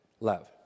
love